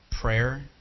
prayer